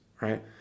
right